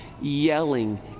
yelling